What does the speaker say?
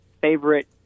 favorite